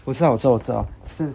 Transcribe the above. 不是我知道我知道